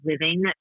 living